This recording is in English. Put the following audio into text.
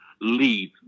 leave